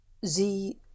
Sie